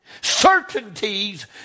certainties